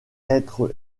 être